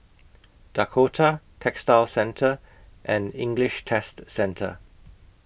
Dakota Textile Centre and English Test Centre